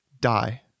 die